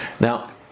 Now